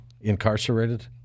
incarcerated